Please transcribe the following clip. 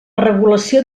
regulació